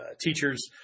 teachers